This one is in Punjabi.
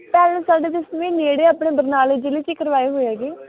ਪੈਲਿਸ ਸਾਡੇ ਤਾਂ ਨੇੜੇ ਹੈ ਆਪਣੇ ਬਰਨਾਲੇ ਜ਼ਿਲ੍ਹੇ 'ਚ ਕਰਵਾਏ ਹੋਏ ਹੈਗੇ